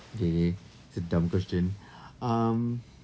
okay okay that's a dumb question um